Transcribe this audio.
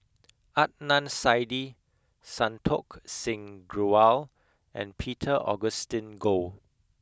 Adnan Saidi Santokh Singh Grewal and Peter Augustine Goh